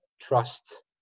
trust